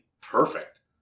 perfect